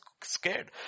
scared